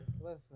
Listen